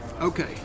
Okay